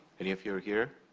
any of you are here?